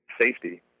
safety